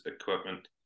equipment